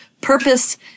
purpose